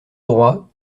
droit